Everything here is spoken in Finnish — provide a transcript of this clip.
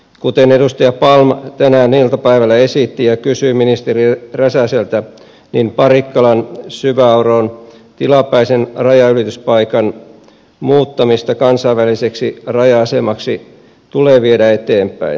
kuten edustaja palm tänään iltapäivällä esitti ja kysyi ministeri räsäseltä niin parikkalan syvänoron tilapäisen rajanylityspaikan muuttamista kansainväliseksi raja asemaksi tulee viedä eteenpäin